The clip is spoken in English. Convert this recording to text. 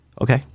Okay